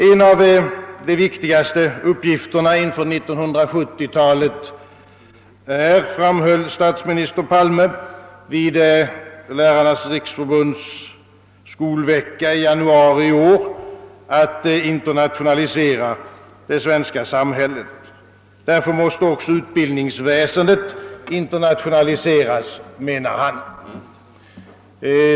En av de viktigaste uppgifterna inför 1970-tälet är, framhöll statsminister Palme vid Lärarnas riksförbunds skolvecka i januari i år, att internationalisera det svenska samhället. Därför måste också utbildningsväsendet internationaliseras, menade han.